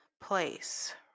place